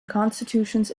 constitutions